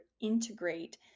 integrate